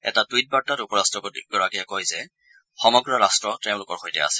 এটা টুইট বাৰ্তাত উপ ৰট্টপতি গৰাকীয়ে কয় যে সমগ্ৰ ৰাষ্ট তেওঁলোকৰ সৈতে আছে